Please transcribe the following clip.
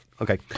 Okay